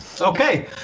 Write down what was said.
Okay